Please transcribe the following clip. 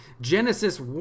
Genesis